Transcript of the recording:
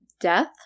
death